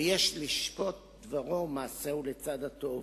ויש לשפוט דברו ומעשהו לצד הטוב